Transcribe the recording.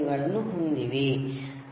ಗಳನ್ನು ಹೊಂದಿದೆ